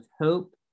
hope